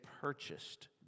purchased